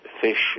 fish